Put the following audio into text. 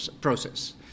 process